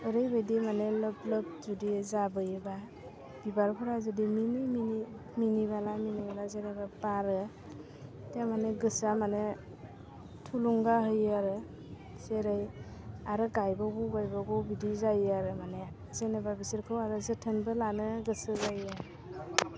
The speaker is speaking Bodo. ओरैबायदि माने लोब लोब जुदि जाबोयोबा बिबारफोरा जुदि मिनि मिनि मिनिबाला मिनिबाला जाबोबा बारो थारमाने गोसोआ मानि थुलुंगा होयो आरो जेरै आरो गाइबावगौ गाइबावगौ बिदि जायो आरो मानि जेन'बा बिसोरखौ आरो जोथोनबो लानो गोसो जायो